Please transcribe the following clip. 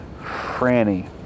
Franny